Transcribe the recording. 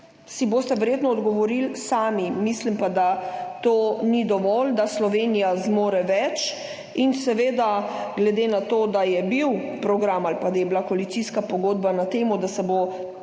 si boste verjetno odgovorili sami, mislim pa, da to ni dovolj, da Slovenija zmore več in seveda glede na to, da je bil program ali pa, da je bila koalicijska pogodba na tem, da se bo seveda